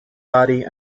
body